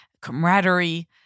camaraderie